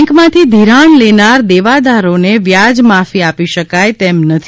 બેન્કોમાંથી ધિરાણ લેનારા દેવાદારોને વ્યાજમાફી આપી શકાય તેમ નથી